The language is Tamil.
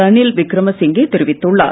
ரணில் விக்ரம சிங்கே தெரிவித்துள்ளார்